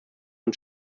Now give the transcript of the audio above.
und